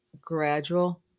gradual